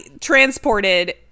transported